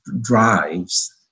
drives